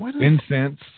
incense